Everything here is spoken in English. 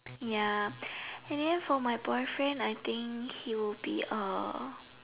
ya and then for my boyfriend I think he will be a